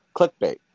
clickbait